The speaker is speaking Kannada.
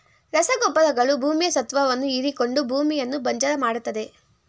ರಸಗೊಬ್ಬರಗಳು ಭೂಮಿಯ ಸತ್ವವನ್ನು ಹೀರಿಕೊಂಡು ಭೂಮಿಯನ್ನು ಬಂಜರು ಮಾಡತ್ತದೆ